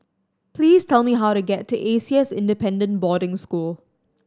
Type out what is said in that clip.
please tell me how to get to A C S Independent Boarding School